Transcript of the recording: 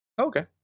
Okay